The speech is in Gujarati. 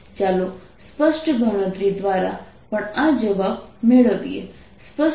ચાલો સ્પષ્ટ ગણતરી દ્વારા પણ આ જવાબ મેળવીએ